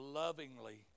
lovingly